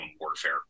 warfare